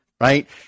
right